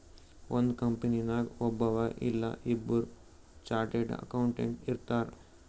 ಒಂದ್ ಕಂಪನಿನಾಗ್ ಒಬ್ಬವ್ ಇಲ್ಲಾ ಇಬ್ಬುರ್ ಚಾರ್ಟೆಡ್ ಅಕೌಂಟೆಂಟ್ ಇರ್ತಾರ್